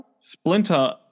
Splinter